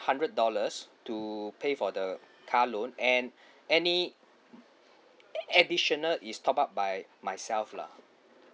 hundred dollars to pay for the car loan and any additional is top up by myself lah